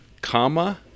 Comma